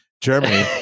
Germany